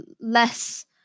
less